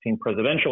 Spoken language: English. presidential